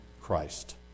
Christ